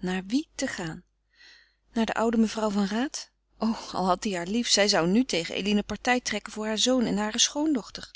naar wie te gaan naar de oude mevrouw van raat o al had die haar lief zij zou nu tegen eline partij trekken voor haar zoon en hare schoondochter